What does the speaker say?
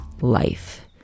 life